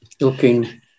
looking